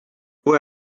due